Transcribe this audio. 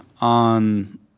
on